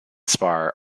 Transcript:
spar